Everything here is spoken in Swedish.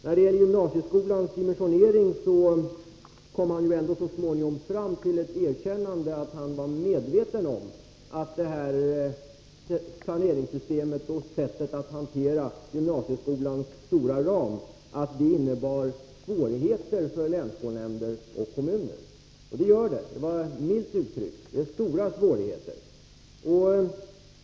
När det gäller gymnasieskolans dimensionering kom han så småningom fram till ett erkännande av att han var medveten om att planeringssystemet och sättet att hantera gymnasieskolans stora ram innebar svårigheter för länsskolnämnder och kommuner. Det gör det, milt uttryckt. Det innebär stora svårigheter.